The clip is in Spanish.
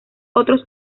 otros